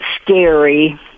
scary